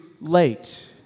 late